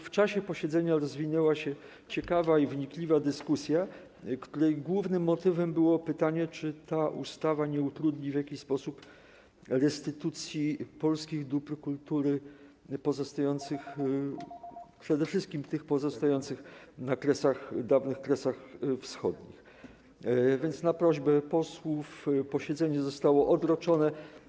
W czasie posiedzenia rozwinęła się ciekawa i wnikliwa dyskusja, której głównym motywem było pytanie, czy ta ustawa nie utrudni w jakiś sposób restytucji polskich dóbr kultury, przede wszystkim tych pozostających na kresach, dawnych Kresach Wschodnich, więc na prośbę posłów posiedzenie zostało odroczone.